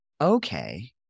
Okay